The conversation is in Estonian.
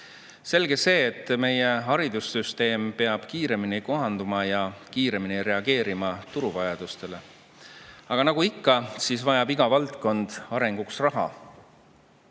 Selge see, et meie haridussüsteem peab kiiremini kohanduma ja kiiremini reageerima turu vajadustele. Nagu ikka, iga valdkond vajab arenguks raha,